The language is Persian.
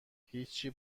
هیچی